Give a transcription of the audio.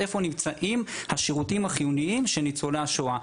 איפה נמצאים השירותים החיוניים של ניצולי השואה.